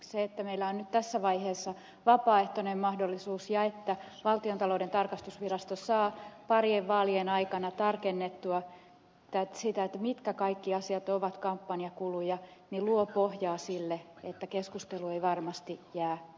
se että meillä on nyt tässä vaiheessa vapaaehtoinen mahdollisuus ja että valtiontalouden tarkastusvirasto saa parien vaalien aikana tarkennettua sitä mitkä kaikki asiat ovat kampanjakuluja luo pohjaa sille että keskustelu ei varmasti jää tähän